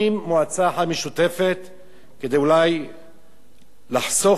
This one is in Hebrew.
כדי אולי לחסוך בכך, שידור, שלא, כן.